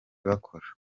bakora